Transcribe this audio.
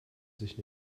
sich